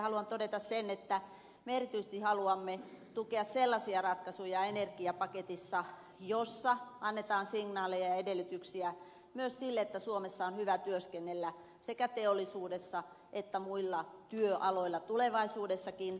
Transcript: haluan todeta sen että me erityisesti haluamme tukea sellaisia ratkaisuja energiapaketissa joissa annetaan signaaleja ja edellytyksiä myös sille että suomessa on hyvä työskennellä sekä teollisuudessa että muilla työaloilla tulevaisuudessakin